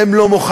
הם לא מוחקים,